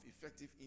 effective